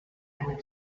eine